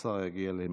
שהשר יגיע למושבו.